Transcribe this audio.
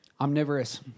Omnivorous